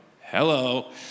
Hello